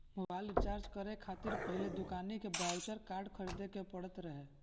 mobile recharge करे खातिर पहिले दुकानी के बाउचर कार्ड खरीदे के पड़त रहे